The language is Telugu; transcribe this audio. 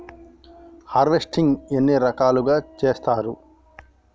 హార్వెస్టింగ్ ఎన్ని రకాలుగా చేస్తరు?